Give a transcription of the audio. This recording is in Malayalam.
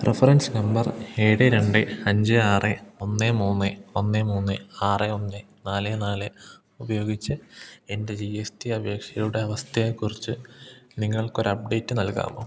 റഫറൻസ് നമ്പർ ഏഴ് രണ്ട് അഞ്ച് ആറ് ഒന്ന് മൂന്ന് ഒന്ന് മൂന്ന് ആറ് ഒന്ന് നാല് നാല് ഉപയോഗിച്ച് എൻ്റെ ജി എസ് ടി അപേക്ഷയുടെ അവസ്ഥയെ കുറിച്ച് നിങ്ങൾക്കൊരു അപ്ഡേറ്റ് നൽകാമോ